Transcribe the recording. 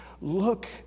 Look